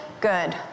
good